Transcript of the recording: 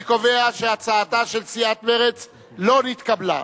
אני קובע שהצעתה של סיעת מרצ לא נתקבלה.